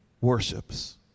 worships